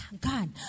God